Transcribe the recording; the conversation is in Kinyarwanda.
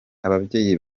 ababyeyi